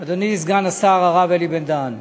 אדוני סגן השר הרב אלי בן-דהן,